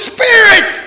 Spirit